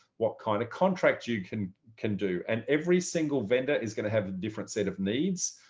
what kind of contract you can can do and every single vendor is going to have a different set of needs.